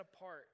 apart